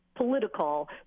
Political